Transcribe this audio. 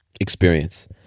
experience